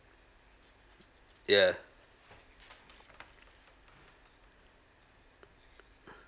yeah